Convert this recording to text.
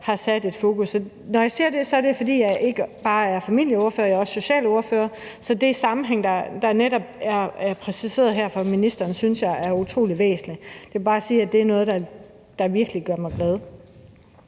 har sat et fokus på. Når jeg siger det, er det ikke bare, fordi jeg er familieordfører, for jeg er også socialordfører, så den sammenhæng, der netop er præciseret her fra ministerens side, synes jeg er utrolig væsentlig. Jeg vil bare sige, at det er noget, der virkelig gør mig glad.